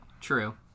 True